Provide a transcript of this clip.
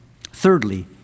Thirdly